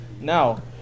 Now